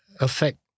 affect